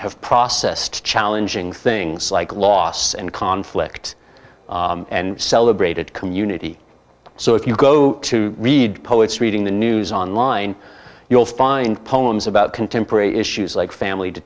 have processed challenging things like loss and conflict and celebrated community so if you go to read poets reading the news online you'll find poems about contemporary issues like family